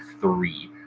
three